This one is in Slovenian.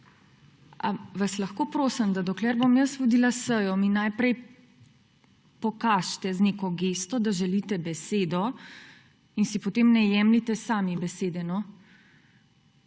a vas lahko prosim, da dokler bom jaz vodila sejo, mi najprej pokažite z neko gesto, da želite besedo, in si potem ne jemljite sami besede,